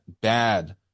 bad